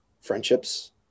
friendships